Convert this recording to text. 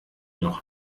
doch